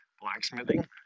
blacksmithing